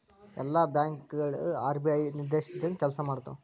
ಎಲ್ಲಾ ಬ್ಯಾಂಕ್ ಗಳು ಆರ್.ಬಿ.ಐ ನಿರ್ದೇಶಿಸಿದಂಗ್ ಕೆಲ್ಸಾಮಾಡ್ತಾವು